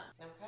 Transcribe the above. Okay